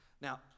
Now